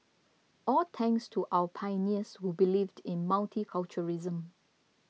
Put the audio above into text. all thanks to our pioneers who believed in multiculturalism